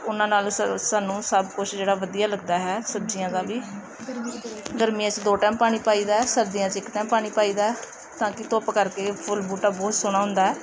ਉਹਨਾਂ ਨਾਲ ਸ ਸਾਨੂੰ ਸਭ ਕੁਛ ਜਿਹੜਾ ਵਧੀਆ ਲੱਗਦਾ ਹੈ ਸਬਜ਼ੀਆਂ ਦਾ ਵੀ ਗਰਮੀਆਂ 'ਚ ਦੋ ਟਾਈਮ ਪਾਣੀ ਪਾਈਦਾ ਸਰਦੀਆਂ 'ਚ ਇੱਕ ਟਾਈਮ ਪਾਣੀ ਪਾਈਦਾ ਤਾਂ ਕਿ ਧੁੱਪ ਕਰਕੇ ਫੁੱਲ ਬੂਟਾ ਬਹੁਤ ਸੋਹਣਾ ਹੁੰਦਾ